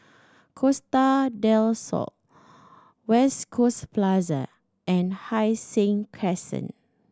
Costa Del Sol West Coast Plaza and Hai Sing Crescent